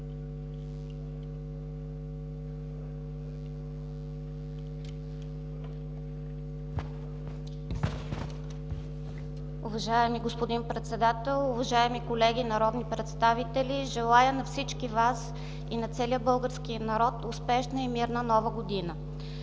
Уважаеми господин Председател, уважаеми колеги народни представители! Желая на всички Вас и на целия български народ успешна и мирна Нова година!